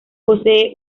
posee